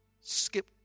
skip